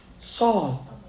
Saul